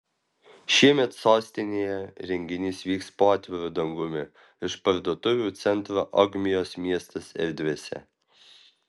šiemet sostinėje renginys vyks po atviru dangumi išparduotuvių centro ogmios miestas erdvėse